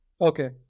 Okay